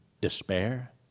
despair